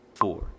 four